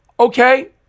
Okay